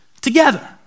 together